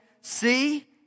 See